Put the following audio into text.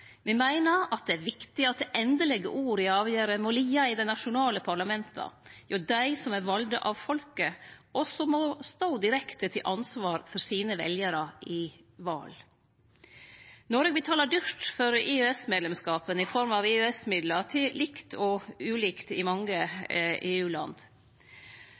Me meiner at det er viktig at det endelege ordet i avgjerder ligg i dei nasjonale parlamenta. Det er jo dei som er valde av folket, og som må stå direkte til ansvar for sine veljarar i val. Noreg betalar dyrt for EØS-medlemskapen i form av EØS-midlar til likt og ulikt i